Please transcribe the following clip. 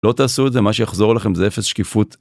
לא תעשו את זה, מה שיחזור אליכם זה אפס שקיפות.